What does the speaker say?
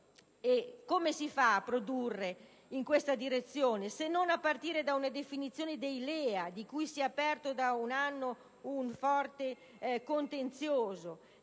Come si fa a produrre in questa direzione, se non a partire da una definizione dei LEA, su cui si è aperto da un anno un forte contenzioso?